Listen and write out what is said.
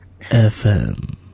FM